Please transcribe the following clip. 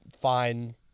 fine